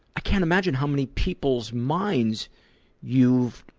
i can't imagine how many people's minds you've